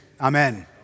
Amen